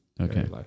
Okay